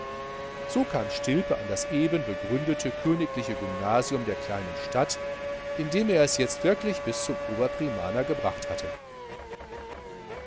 so kam stilpe an das eben begründete königliche gymnasium der kleinen stadt in dem er es jetzt wirklich bis zum oberprimaner gebracht hatte